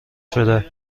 شده